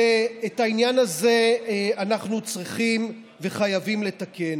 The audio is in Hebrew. ואת העניין הזה אנחנו צריכים וחייבים לתקן.